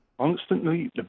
Constantly